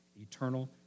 eternal